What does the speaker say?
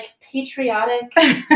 patriotic